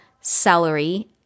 celery